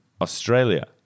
Australia